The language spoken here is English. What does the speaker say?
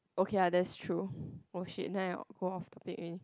okay uh that's true oh !shit! then I go off topic already